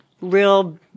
real